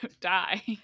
die